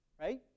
right